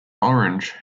orange